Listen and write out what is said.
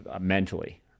mentally